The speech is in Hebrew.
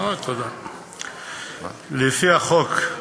לפי החוק,